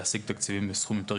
לזה פתרון, אני מסכים, זה לא הפתרון.